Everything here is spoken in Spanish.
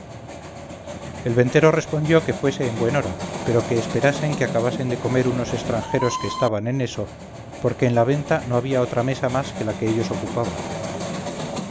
el ventero respondió que fuese en buen hora pero que esperasen que acabasen de comer unos estranjeros que estaban en eso porque en la venta no había otra mesa más que la que ellos ocupaban